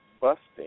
busting